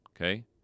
Okay